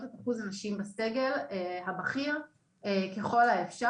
את אחוז הנשים בסגל הבכיר ככל האפשר.